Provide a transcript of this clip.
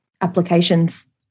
applications